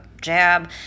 jab